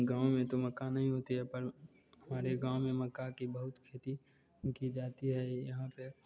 गाँव में तो मक्का नहीं होती है पर हमारे गाँव में मक्के की बहुत खेती की जाती है यहाँ पर